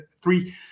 three